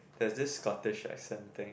there's this scottish accent thing